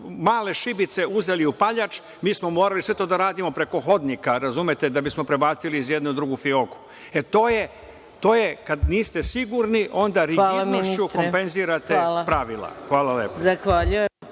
male šibice uzeli upaljač, mi smo morali sve to da radimo preko hodnika, razumete, da bismo prebacili iz jedne u drugu fioku. To je kada niste sigurni onda još uvek kompenzirate pravila. Hvala lepo.